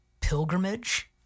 pilgrimage